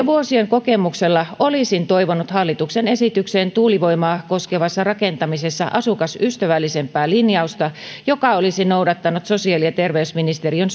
vuosien kokemuksella olisin toivonut hallituksen esitykseen tuulivoimaa koskevassa rakentamisessa asukasystävällisempää linjausta joka olisi noudattanut sosiaali ja terveysministeriön